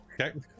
Okay